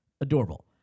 adorable